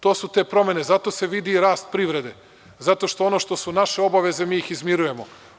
To su te promene, zato se vidi i rast privrede, zato što ono što su naše obaveze, mi ih izmirujemo.